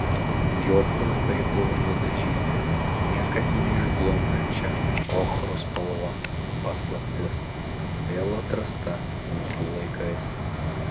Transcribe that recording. jo plaukai buvo nudažyti niekad neišblunkančia ochros spalva paslaptis vėl atrasta mūsų laikais